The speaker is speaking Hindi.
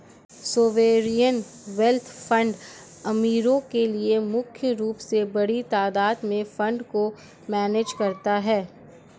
सोवेरियन वेल्थ फंड अमीरो के लिए मुख्य रूप से बड़ी तादात में फंड को मैनेज करता है